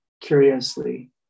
curiously